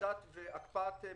ה-24 חודש וה-12